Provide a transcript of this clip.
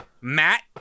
Matt